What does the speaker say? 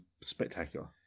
spectacular